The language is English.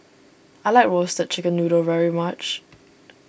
I like Roasted Chicken Noodle very much